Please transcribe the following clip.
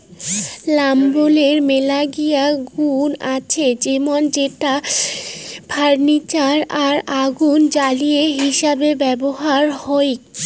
লাম্বরের মেলাগিলা গুন্ আছে যেমন সেটা ফার্নিচার আর আগুনের জ্বালানি হিসেবে ব্যবহার হউক